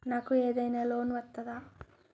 నాకు ఏదైనా లోన్ వస్తదా?